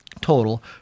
total